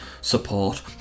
support